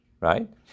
Right